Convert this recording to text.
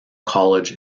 college